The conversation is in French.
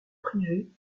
privée